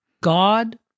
God